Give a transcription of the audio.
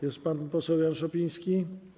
Jest pan poseł Jan Szopiński?